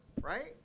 right